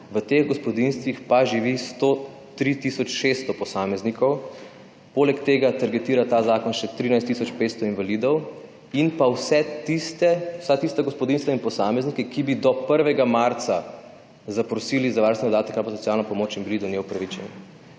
v teh gospodinjstvih pa živi 103 tisoč 600 posameznikov. Poleg tega targetira ta zakon še 13 tisoč 500 invalidov in pa vsa tista gospodinjstva in posameznike, ki bi do 1. marca zaprosili za varstveni dodatek ali pa socialno pomoč in bili do nje upravičeni.